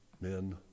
men